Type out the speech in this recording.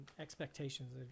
expectations